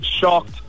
shocked